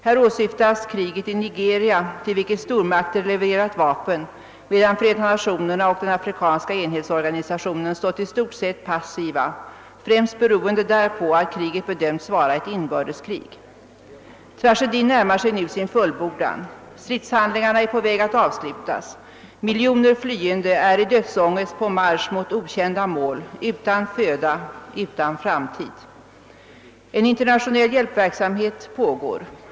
Här åsyftas kriget i Nigeria, till vilket stormakter levererat vapen, medan Förenta nationerna och den afrikanska enhetsorganisationen stått i stort sett passiva, främst beroende därpå att kriget bedömts vara ett inbördeskrig. Tragedin närmar sig nu sin fullbordan. Stridshandlingarna är på väg att avslutas, miljoner flyende är i dödsångest på marsch mot okända mål, utan föda, utan framtid. En internationell hjälpverksamhet pågår.